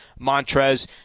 Montrez